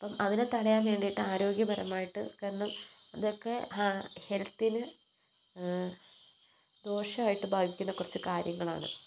അപ്പം അതിനെ തടയാന് വേണ്ടിയിട്ട് ആരോഗ്യപരമായിട്ട് കാരണം ഇതൊക്കെ ഹെൽത്തിനെ ദോഷമായിട്ട് ബാധിക്കുന്ന കുറച്ച് കാര്യങ്ങളാണ്